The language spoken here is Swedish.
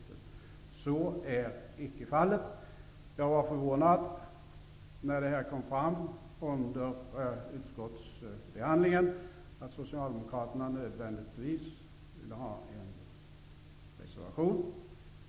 Så är icke fallet. Jag var förvånad när det under utskottsbehandlingen kom fram att socialdemokraterna nödvändigtvis ville ha en reservation.